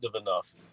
enough